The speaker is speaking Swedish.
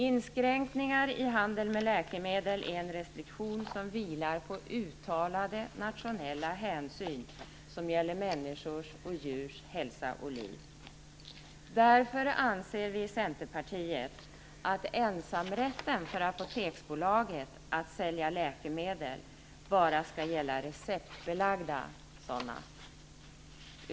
Inskränkningar i handel med läkemedel är en restriktion som vilar på uttalad nationell hänsyn till människors och djurs hälsa och liv. Därför anser vi i Centerpartiet att Apoteksbolagets ensamrätt att sälja läkemedel bara skall gälla receptbelagda sådana.